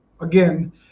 again